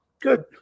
good